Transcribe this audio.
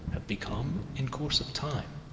have become, in course of time,